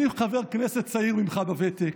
אני חבר כנסת צעיר ממך בוותק,